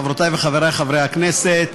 חברותי וחברי חברי הכנסת,